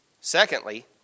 Secondly